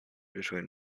between